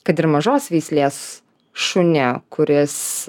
kad ir mažos veislės šunį kuris